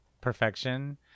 perfection